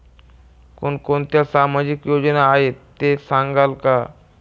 कोणकोणत्या सामाजिक योजना आहेत हे सांगाल का?